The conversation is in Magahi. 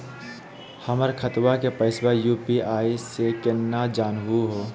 हमर खतवा के पैसवा यू.पी.आई स केना जानहु हो?